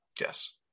Yes